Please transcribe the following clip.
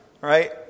right